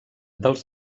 dels